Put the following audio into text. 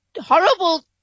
horrible